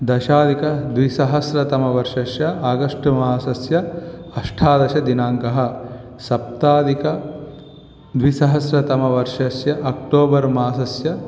दशाधिकद्विसहस्रतमवर्षस्य आगष्ट् मासस्य अष्टादशदिनाङ्कः सप्ताधिकद्विसहस्रतमवर्षस्य अक्टोबर् मासस्य